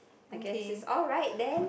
I guess is oh right then